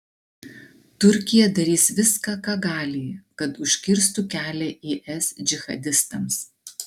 turkija darys viską ką gali kad užkirstų kelią is džihadistams